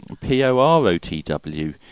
P-O-R-O-T-W